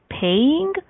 paying